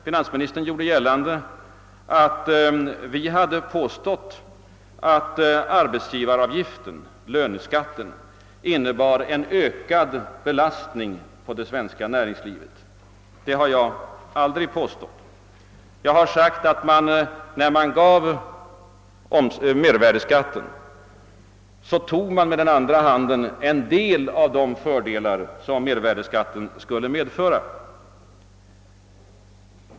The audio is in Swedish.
Finansministern antydde, att vi skulle ha påstått att arbetsgivaravgiften, »lönskatten», innebar en ökad belastning på det svenska arbetslivet. Det har jag aldrig påstått. Jag har sagt att när man gav näringslivet mervärdeskatten med ena handen så tog man med den andra handen bort en del av de fördelar som mervärdeskatten skulle innebära.